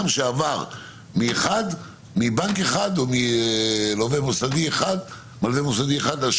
שעבר מבנק אחד או ממלווה מוסדי אחד לשני,